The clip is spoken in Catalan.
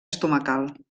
estomacal